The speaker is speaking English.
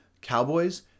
Cowboys